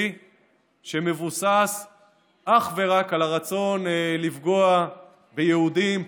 שמבוסס אך ורק על הרצון לפגוע ביהודים,